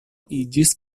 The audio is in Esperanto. iĝis